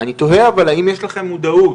אני תוהה אבל האם יש לכם מודעות,